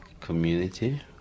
Community